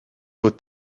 aux